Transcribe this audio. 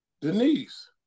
Denise